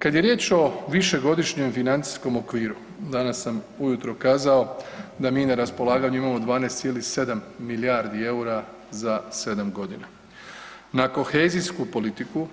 Kad je riječ o višegodišnjem financijskom okviru, danas sam ujutro kazao da mi na raspolaganju imamo 12,7 milijardi EUR-a za 7.g., na kohezijsku politiku